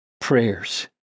prayers